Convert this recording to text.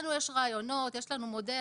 לנו יש רעיונות, יש לנו מודל.